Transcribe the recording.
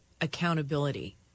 accountability